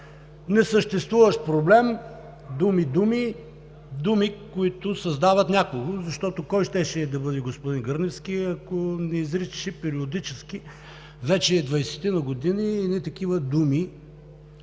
Несъществуващ проблем – думи, думи, думи, които създават някого, защото кой щеше да бъде господин Гърневски, ако не изричаше периодически, вече двадесетина години, едни такива думи.